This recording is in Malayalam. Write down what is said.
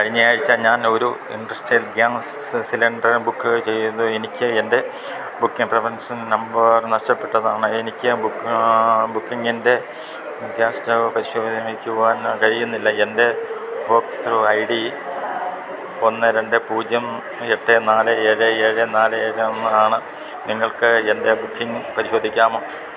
കഴിഞ്ഞയാഴ്ച ഞാൻ ഒരു ഇൻട്രസ്റ്റെഡ് ഗ്യാസ് സിലിണ്ടർ ബുക്ക് ചെയ്തു എനിക്കെൻ്റെ ബുക്കിംഗ് റഫറൻസ് നമ്പർ നഷ്ടപ്പെട്ടതാണ് എനിക്ക് ബുക്കിംഗിൻ്റെ ഗ്യാസ് സ്റ്റവ് പരിശോധനയ്ക്കു പോകാൻ കഴിയുന്നില്ല എൻ്റെ ഉപഭോക്തൃ ഐ ഡി ഒന്ന് രണ്ട് പൂജ്യം എട്ട് നാല് ഏഴ് ഏഴ് നാല് ഏഴ് ഒന്ന് ആണ് നിങ്ങൾക്ക് എൻ്റെ ബുക്കിംഗ് പരിശോധിക്കാമോ